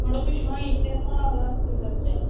मड़ो पिच्छुआं इयै निहां स्हाब ऐ अस केह् करचै